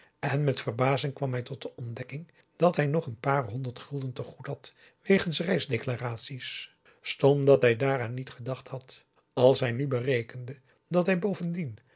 en met verbazing kwam hij tot de ontdekking dat hij nog n paar honderd gulden te goed had wegens reis declaraties stom dat hij daaraan niet gedacht had als hij nu berekende dat hij bovendien